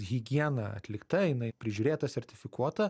higiena atlikta jinai prižiūrėta sertifikuota